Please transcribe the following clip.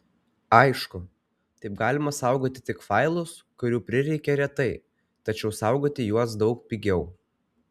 aišku taip galima saugoti tik failus kurių prireikia retai tačiau saugoti juos daug pigiau